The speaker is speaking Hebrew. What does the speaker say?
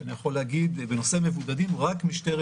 אני יכול להגיד שבנושא מבודדים רק משטרת